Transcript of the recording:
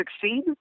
succeed